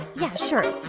yeah, sure.